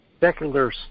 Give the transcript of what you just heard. secular